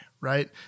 right